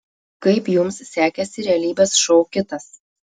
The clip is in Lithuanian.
kaip jums sekėsi realybės šou kitas